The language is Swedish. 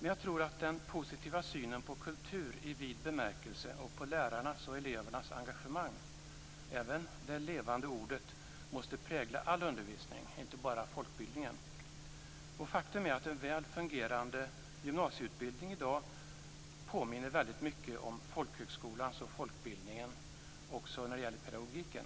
Jag tror att den positiva synen på kultur i vid bemärkelse och på lärarnas och elevernas engagemang - även det levande ordet - måste prägla all undervisning, inte bara folkbildningen. Faktum är att en väl fungerande gymnasieutbildning i dag påminner väldigt mycket om folkhögskolan och folkbildningen också när det gäller pedagogiken.